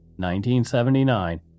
1979